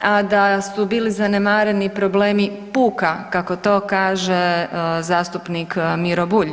a da su bili zanemareni problemi puka kako to kaže zastupnik Miro Bulj.